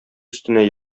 өстенә